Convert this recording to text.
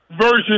version